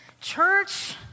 Church